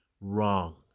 Wrong